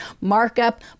markup